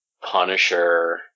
Punisher